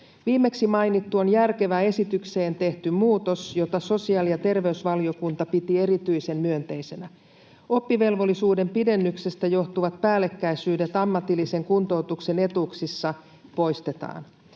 Viimeksi mainittu on järkevä esitykseen tehty muutos, jota sosiaali- ja terveysvaliokunta piti erityisen myönteisenä. Oppivelvollisuuden pidennyksestä johtuvat päällekkäisyydet ammatillisen kuntoutuksen etuuksissa poistetaan.